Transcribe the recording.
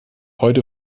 heute